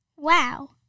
Wow